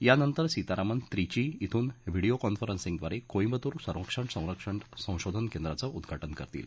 यानंतर सीतारामन त्रिची इथून व्हिडीओ कॉन्फरन्सिंगद्वारे कोईम्बतूर संरक्षण संशोधन केंद्राचं उद्वाटन करतील